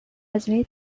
هزینه